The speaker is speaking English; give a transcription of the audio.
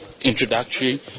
introductory